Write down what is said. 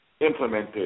implemented